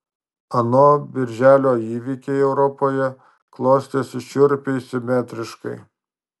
ano birželio įvykiai europoje klostėsi šiurpiai simetriškai